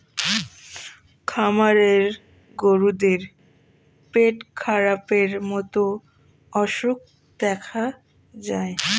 খামারের গরুদের পেটখারাপের মতো অসুখ দেখা যায়